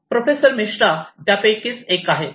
professor Mishra त्यापैकी एक आहेत